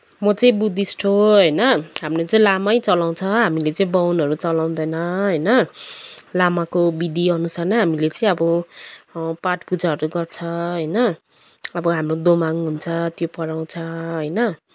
म चाहिँ बुद्धिस्ट हो होइन हामले चाहिँ लामै चलाउँछ हामीले चाहिँ बाहुनहरू चलाउँदैन होइन लामाको विधि अनुसार नै हामीले चाहिँ अब पाठ पूजाहरू गर्छ होइन अब हाम्रो दोमाङ हुन्छ त्यो पढाउँछ होइन